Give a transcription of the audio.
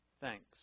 thanks